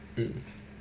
mm